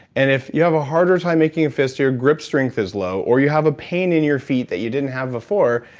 and if you have a harder time making a fist, your grip strength is low, or you have a pain in your feet that you didn't have before,